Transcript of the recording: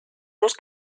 dos